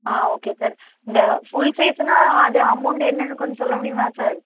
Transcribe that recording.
ஆ okay sir இந்த full சைஸுன்னா அது அமௌண்ட் என்னென்னு கொஞ்சம் சொல்ல முடியுமா சார்